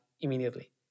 immediately